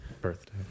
birthday